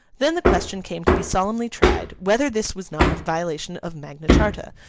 then the question came to be solemnly tried, whether this was not a violation of magna charta,